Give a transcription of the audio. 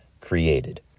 created